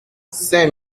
cinq